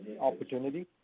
opportunity